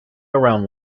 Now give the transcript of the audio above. around